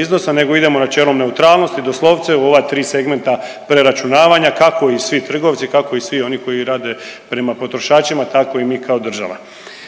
iznosa nego idemo načelom neutralnosti, doslovce u ova 3 segmenta preračunavanja kako i svi trgovci, kako i svi oni koji rade prema potrošačima tako i mi kao država.